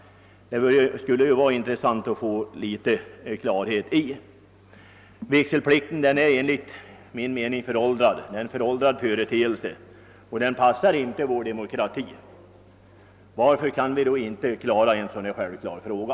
Det skulle vara intressant att få klarhet i detta. Vigselplikten är enligt min mening en föråldrad företeelse och den passar inte vår demokrati. Varför kan vi då inte lösa en så självklar fråga?